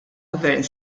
gvern